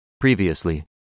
Previously